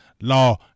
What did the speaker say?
law